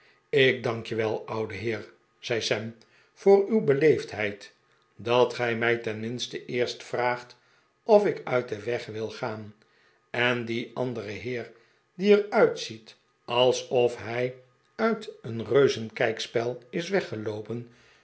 ik dank je wel oude heer zei sam voor uw beleefdheid dat gij mij tenminste eerst vraagt of ik uit den weg wil gaan en dien anderen heer die er uitziet alsof hij uit een reuzenkijkspel is weggeloopen